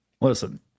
Listen